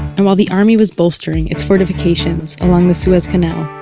and while the army was bolstering its fortifications along the suez canal,